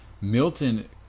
Milton